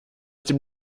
dem